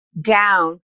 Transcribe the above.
down